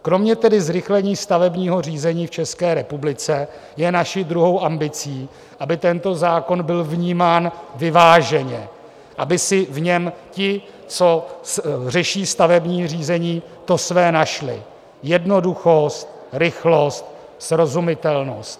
Kromě zrychlení stavebního řízení v České republice je tedy naší druhou ambicí, aby tento zákon byl vnímán vyváženě, aby si v něm ti, co řeší stavební řízení, to své našli: jednoduchost, rychlost, srozumitelnost.